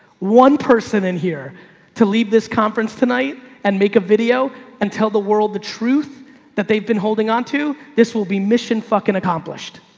one person in here to leave this conference tonight and make a video and tell the world the truth that they've been holding onto, this will be mission fucking accomplished.